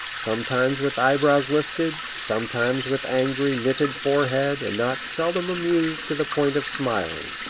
sometimes with eye-brows uplifted, sometimes with angry, knitted forehead and not seldom amused to the point of smiling.